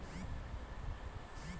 धान के खेती कौना मौसम में ठीक होकी?